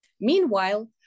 Meanwhile